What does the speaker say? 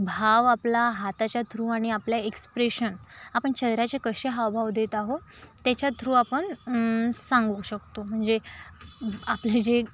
भाव आपला हाताच्या थ्रू आणि आपल्या एक्सप्रेशन आपण चेहऱ्याचे कसे हावभाव देत आहो त्याच्या थ्रू आपण सांगू शकतो म्हणजे आपले जे